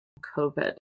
COVID